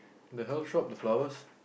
the herb shop the flowers